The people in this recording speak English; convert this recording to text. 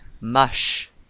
mush